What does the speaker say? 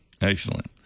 Excellent